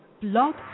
Blog